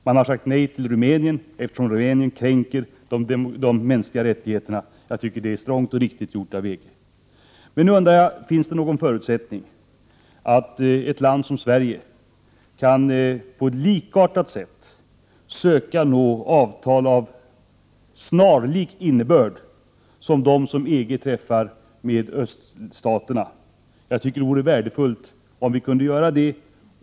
Man har sagt nej till Rumänien, eftersom Rumänien kränker de mänskliga rättigheterna. Jag tycker att det är strongt och riktigt gjort av EG. Nu undrar jag: Finns det någon förutsättning för att ett land som Sverige på ett likartat sätt kan söka nå avtal av snarlik innebörd som dem som EG träffar med öststaterna? Jag tycker att det vore värdefullt om vi kunde göra det.